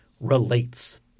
relates